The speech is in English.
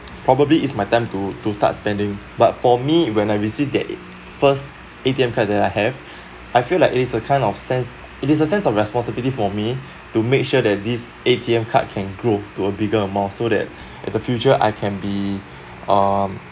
probably it's my time to to start spending but for me when I received that it first A_T_M card that I have I feel like it is a kind of sense it is a sense of responsibility for me to make sure that this A_T_M card can grow to a bigger amount so that in the future I can be um